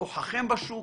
כוחכם בשוק,